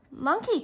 Monkey